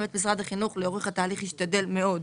באמת משרד החינוך לאורך התהליך השתדל מאוד.